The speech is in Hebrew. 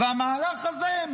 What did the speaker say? והמהלך הזה,